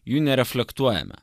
jų nereflektuojame